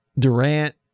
Durant